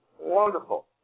Wonderful